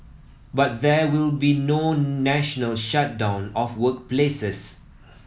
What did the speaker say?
but there will be no national shutdown of workplaces